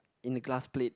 in the glass plate